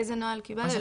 איזה נוהל קיבלתם?